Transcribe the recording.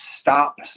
stop